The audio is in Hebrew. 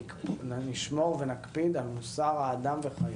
נשמור ונקפיד על מוסר האדם וחייו".